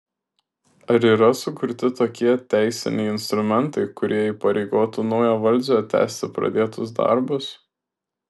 ar yra sukurti tokie teisiniai instrumentai kurie įpareigotų naują valdžią tęsti pradėtus darbus